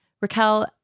Raquel